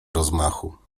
rozmachu